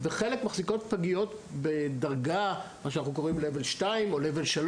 וחלק מחזיקות פגיות במה שאנחנו קוראים לו level 2 או level 3,